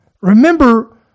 Remember